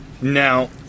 Now